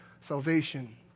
salvation